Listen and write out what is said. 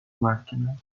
máquina